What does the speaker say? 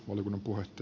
herra puhemies